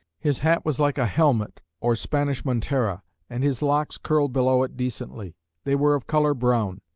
his hat was like a helmet, or spanish montera and his locks curled below it decently they were of colour brown.